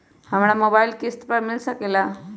हमरा मोबाइल किस्त पर मिल सकेला?